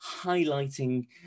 highlighting